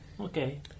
Okay